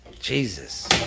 Jesus